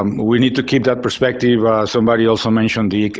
um we need to keep that perspective. somebody also mentioned the